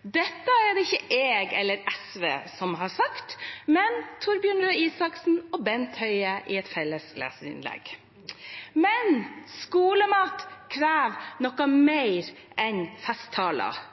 Dette er det ikke jeg eller SV som har sagt, men Torbjørn Røe Isaksen og Bent Høie i et felles leserinnlegg. Men skolemat krever noe mer enn festtaler.